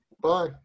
Bye